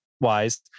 wise